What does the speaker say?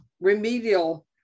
remedial